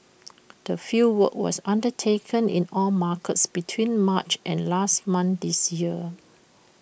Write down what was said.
the fieldwork was undertaken in all markets between March and last month this year